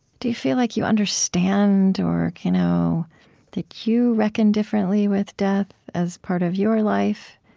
do you feel like you understand or you know that you reckon differently with death as part of your life,